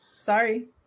sorry